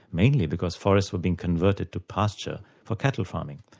mainly because forests were being converted to pasture for cattle farming,